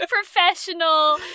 professional